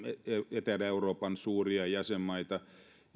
etelä euroopan suuria jäsenmaita